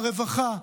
ברווחה,